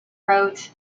wrote